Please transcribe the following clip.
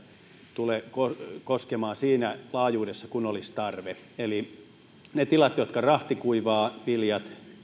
tule koskemaan siinä laajuudessa kuin olisi tarve eli se ei koske niitä tiloja jotka rahtikuivaavat viljat